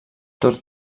tots